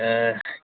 ꯑꯥ